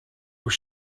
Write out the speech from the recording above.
will